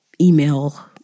email